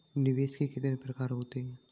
निवेश के कितने प्रकार होते हैं?